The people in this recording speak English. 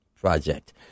project